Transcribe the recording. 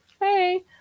Hey